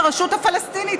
הרשות הפלסטינית,